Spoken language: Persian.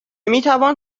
میتوان